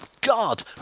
God